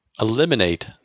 eliminate